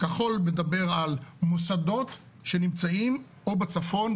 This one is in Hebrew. כחול מדבר על מוסדות שנמצאים או בצפון,